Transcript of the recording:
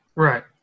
Right